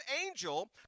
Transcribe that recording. angel